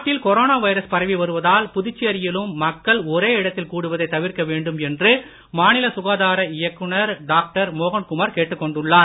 நாட்டில் corona virus பரவி வருவதால் புதுச்சேரியிலும் மக்கள் ஒரே இடத்தில் கூடுவதை தவிர்க்க வேண்டும் என மாநில சுகாதார துறை இயக்குநர் டாக்டர் மோகன் குமார் கேட்டுக்கொண்டுள்ளார்